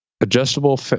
Adjustable